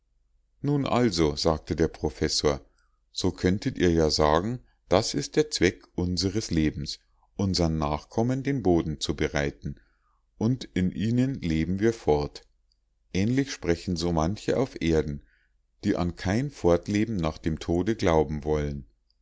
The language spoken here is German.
nun also sagte der professor so könntet ihr ja sagen das ist der zweck unseres lebens unsern nachkommen den boden zu bereiten und in ihnen leben wir fort ähnlich sprechen so manche auf erden die an kein fortleben nach dem tode glauben wollen